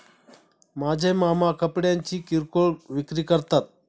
माझे मामा कपड्यांची किरकोळ विक्री करतात